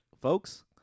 folks